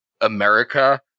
America